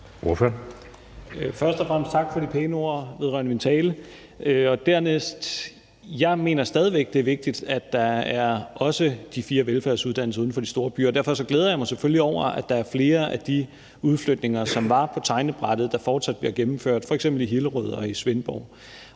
og fremmest tak for de pæne ord vedrørende min tale. Dernæst vil jeg sige, at jeg stadig væk mener, at det er vigtigt, at der også er de fire velfærdsuddannelser uden for de store byer. Derfor glæder jeg mig selvfølgelig over, at der er flere af de udflytninger, som var på tegnebrættet, der fortsat bliver gennemført, f.eks. i Hillerød og i Svendborg.